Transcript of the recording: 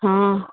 हँ